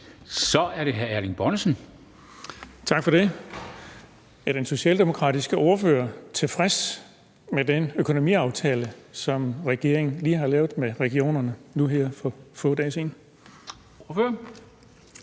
Kl. 10:56 Erling Bonnesen (V): Tak for det. Er den socialdemokratiske ordfører tilfreds med den økonomiaftale, som regeringen lige har lavet med regionerne nu her for få dage siden?